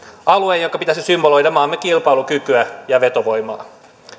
alueen jonka pitäisi symboloida maamme kilpailukykyä ja vetovoimaa